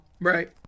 Right